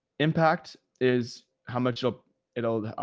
impact is how much ah it'll,